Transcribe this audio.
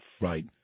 Right